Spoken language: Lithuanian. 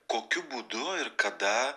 kokiu būdu ir kada